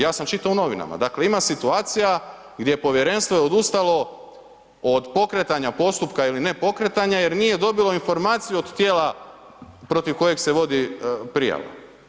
Ja sam čitao u novinama, dakle, ima situacija gdje je povjerenstvo je odustalo od pokretanja postupka ili ne pokretanja jer nije dobilo informaciju od tijela protiv kojeg se vodi prijava.